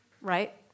right